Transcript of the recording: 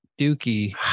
dookie